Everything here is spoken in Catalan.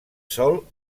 sol